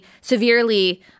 severely